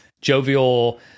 jovial